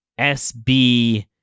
SB